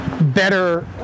better